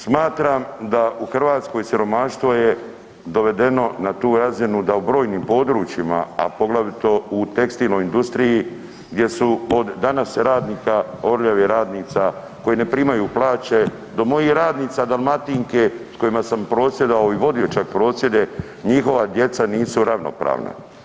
Smatram da u Hrvatskoj siromaštvo je dovedeno na tu razinu da u brojnim područjima, a poglavito u tekstilnoj industriji gdje su od danas radnika Orljave radnica koji ne primaju plaće do mojih radnica Dalmatinke s kojima sam prosvjedovao i vodio čak prosvjede, njihova djeca nisu ravnopravna.